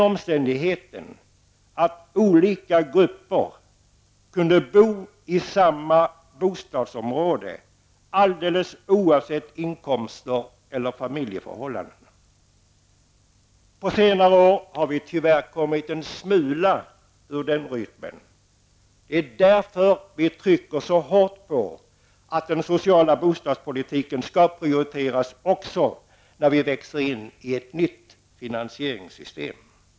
Olika grupper kunde bo i samma bostadsområde oavsett inkomster och familjeförhållanden. På senare år har vi tyvärr kommit en smula ur den rytmen. Därför trycker vi så hårt på att den sociala bostadspolitiken även skall prioriteras när vi växer in i ett nytt finansieringssystem.